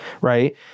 right